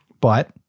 But-